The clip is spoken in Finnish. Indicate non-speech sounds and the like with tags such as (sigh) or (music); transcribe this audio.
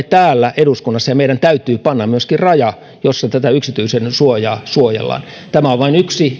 (unintelligible) täällä eduskunnassa ja meidän täytyy myöskin panna raja jossa tätä yksityisyydensuojaa suojellaan tämä tiedustelulainsäädäntö on tietysti vain yksi